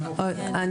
התשמ"א-1981.